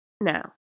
Now